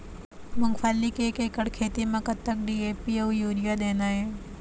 मूंगफली के एक एकड़ खेती म कतक डी.ए.पी अउ यूरिया देना ये?